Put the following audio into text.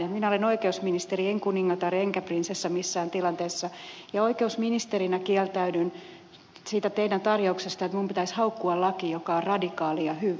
minä olen oikeusministeri en kuningatar enkä prinsessa missään tilanteessa ja oikeusministerinä kieltäydyn siitä teidän tarjouksestanne että minun pitäisi haukkua laki joka on radikaali ja hyvä